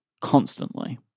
constantly